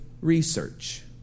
research